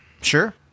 Sure